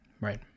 Right